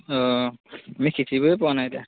অ আমি সিঁচিবই পোৱা নাই এতিয়া